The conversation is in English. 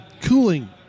cooling